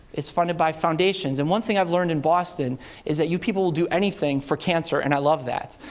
it's funded by foundations. and one thing i've learned in boston is that you people will do anything for cancer, and i love that.